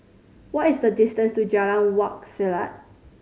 what is the distance to Jalan Wak Selat